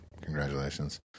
Congratulations